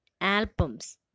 albums